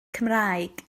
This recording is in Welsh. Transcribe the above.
cymraeg